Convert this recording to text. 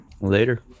later